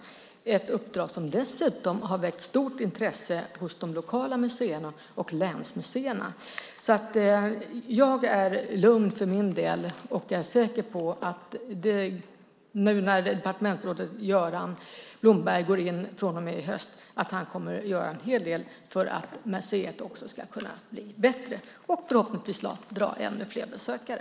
Det är ett uppdrag som dessutom har väckt stort intresse hos de lokala museerna och länsmuseerna. Jag är lugn för min del, och jag är säker på att när departementsrådet Göran Blomberg nu går in från och med i höst kommer han att göra en hel del för att museet också ska kunna bli bättre och förhoppningsvis dra ännu fler besökare.